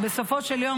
בסופו של יום,